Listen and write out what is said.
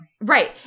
right